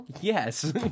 Yes